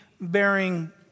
bearing